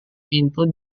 pintu